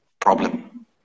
problem